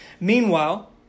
Meanwhile